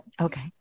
Okay